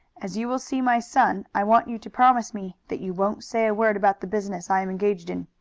as you will see my son i want you to promise me that you won't say a word about the business i am engaged in.